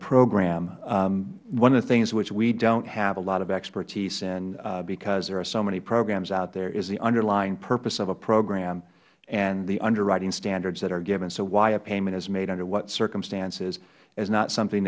program one of the things which we dont have a lot of expertise in because there are so many programs out there is the underlying purpose of a program and the underwriting standards that are given so why a payment is made under what circumstances is not something